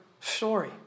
story